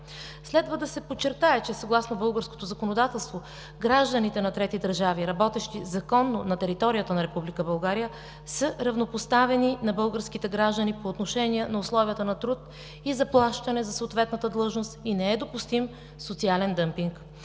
Следва да се подчертае, че съгласно българското законодателство гражданите на трети държави, работещи законно на територията на Република България, са равнопоставени на българските граждани по отношение условията на труд и заплащане за съответната длъжност и не е допустим социален дъмпинг.